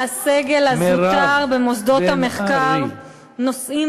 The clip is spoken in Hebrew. עובדי הסגל הזוטר במוסדות המחקר נושאים